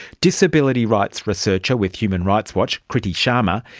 disability rights researcher with human rights watch, kriti sharma,